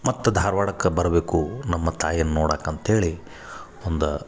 ಮತ್ತು ಧಾರ್ವಾಡಕ್ಕ ಬರಬೇಕು ನಮ್ಮ ತಾಯಿಯನ್ನ ನೋಡಾಕೆ ಅಂತ್ಹೇಳಿ ಒಂದು